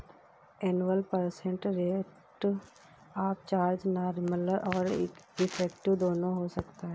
annual percent rate of charge nominal और effective दोनों हो सकता है